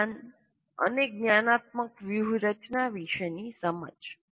બીજું છે જ્ઞાન અને જ્ઞાનાત્મક વ્યૂહરચના વિશેની સમજ